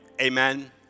Amen